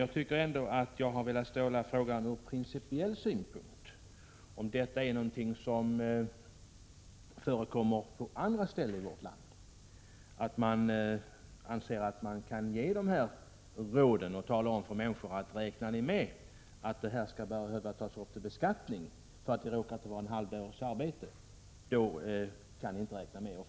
Jag har ändå från principiell synpunkt velat ställa frågan om det förekommer på andra ställen i vårt land att man anser sig kunna ge råd och tala om för människor, att räknar de med att inkomsten skall behöva tas upp till beskattning, det råkar ju inte vara fråga om mer än en halv dags arbete, då kan de inte få någon hjälp.